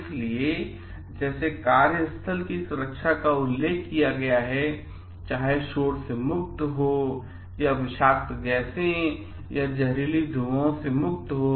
इसलिए जैसे कार्यस्थल की सुरक्षा का उल्लेख किया गया है चाहे शोर से मुक्त हो या फिर विषाक्त गैसें हैं या जहरीले धुएं हैं या नहीं हैं